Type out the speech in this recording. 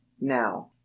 now